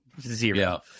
zero